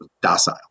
docile